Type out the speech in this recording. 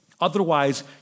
Otherwise